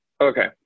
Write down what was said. Okay